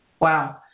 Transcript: Wow